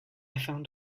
found